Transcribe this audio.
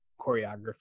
choreography